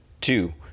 two